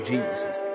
Jesus